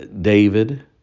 David